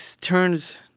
turns